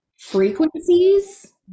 frequencies